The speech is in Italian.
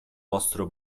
vostro